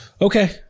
Okay